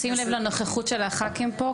רק שים לב לנוכחות של הח"כים פה,